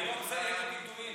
היום זה, מה סיכמת עם ביבי.